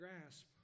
grasp